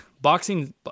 boxing